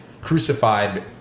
crucified